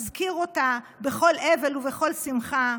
הזכיר אותה בכל אבל ובכל שמחה,